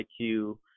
iq